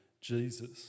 Jesus